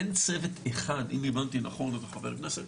אין צוות אחד אם הבנתי נכון את חבר הכנסת,